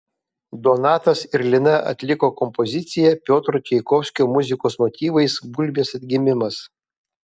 donatas ir lina atliko kompoziciją piotro čaikovskio muzikos motyvais gulbės atgimimas